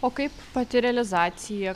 o kaip pati realizacija